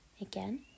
Again